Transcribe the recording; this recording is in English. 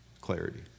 clarity